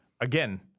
Again